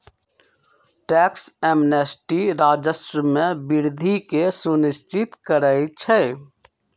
tax amnesty राजस्व में वृद्धि के सुनिश्चित करइ छै